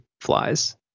flies